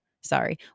sorry